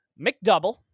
McDouble